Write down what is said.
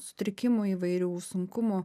sutrikimų įvairių sunkumų